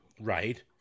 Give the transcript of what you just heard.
right